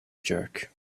jerk